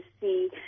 see